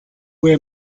were